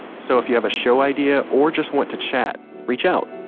so if you have a show idea, or just want to chat, reach out!